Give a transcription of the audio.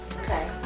Okay